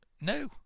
No